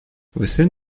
within